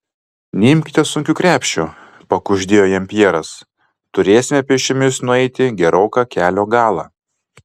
neimkite sunkių krepšių pakuždėjo jam pjeras turėsime pėsčiomis nueiti geroką kelio galą